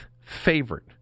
favorite